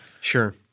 Sure